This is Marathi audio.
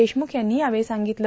देशमुख यांनी यावेळी सांग्रांगतलं